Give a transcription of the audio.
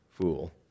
fool